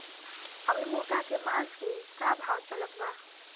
अभी मुर्गा के मांस के का भाव चलत बा?